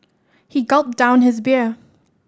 he gulped down his beer